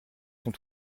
sont